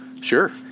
Sure